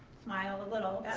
smile a little.